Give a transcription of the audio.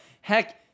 Heck